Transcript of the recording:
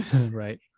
Right